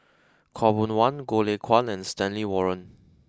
Khaw Boon Wan Goh Lay Kuan and Stanley Warren